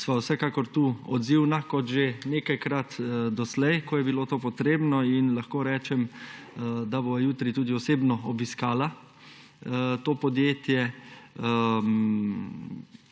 sva vsekakor tukaj odzivna kot že nekajkrat doslej, ko je bilo to potrebno, in lahko rečem, da bova jutri tudi osebno obiskala to podjetje